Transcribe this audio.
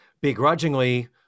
begrudgingly